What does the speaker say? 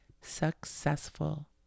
successful